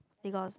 they got